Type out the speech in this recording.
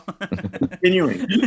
continuing